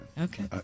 Okay